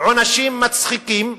עונשים מצחיקים,